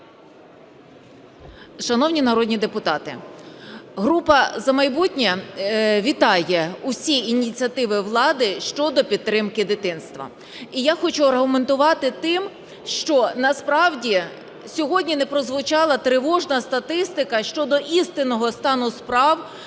Шановні народні депутати, група "За майбутнє" вітає всі ініціативи влади щодо підтримки дитинства. І я хочу аргументувати тим, що насправді сьогодні не прозвучала тривожна статистика щодо істинного стану справ